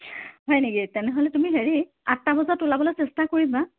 হয় নেকি তেনেহ'লে তুমি হেৰি আঠটা বজাত ওলাবলৈ চেষ্টা কৰিবা